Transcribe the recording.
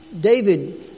David